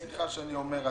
סליחה שאני אומר,